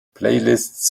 playlists